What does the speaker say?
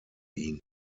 ihn